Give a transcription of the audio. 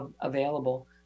available